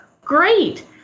Great